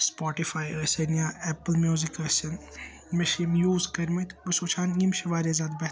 سُپورٹیفٲے ٲسِن یا Apple music ٲسِن مےٚ چھِ یِم یوٗز کٔرمٕتۍ بہٕ چھُس وُچھان یِم چھِ واریاہ زیادٕ بہتَر